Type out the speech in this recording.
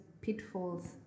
pitfalls